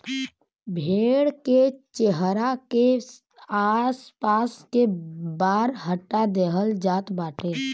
भेड़ के चेहरा के आस पास के बार हटा देहल जात बाटे